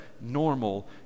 normal